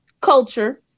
culture